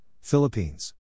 Philippines